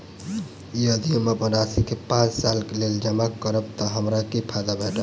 यदि हम अप्पन राशि केँ पांच सालक लेल जमा करब तऽ हमरा की फायदा भेटत?